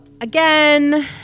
again